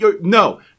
No